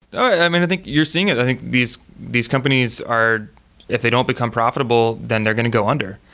i mean, i think you're seeing it. i think these these companies are if they don't become profitable, then they're going to go under.